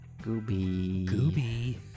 Gooby